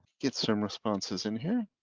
get some responses in here.